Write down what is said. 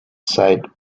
side